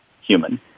human